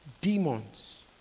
demons